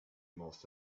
must